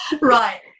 Right